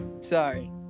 Sorry